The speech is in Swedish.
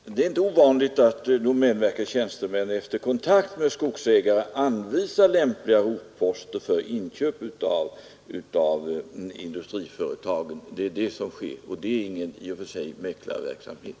Herr talman! Det är inte ovanligt att domänverkets tjänstemän efter kontakt med skogsägare anvisar lämpliga rotposter för inköp av industri företagen. Det är det som här sker, vilket i och för sig inte är någon mäklarverksamhet.